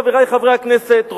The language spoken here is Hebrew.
חברי חברי הכנסת,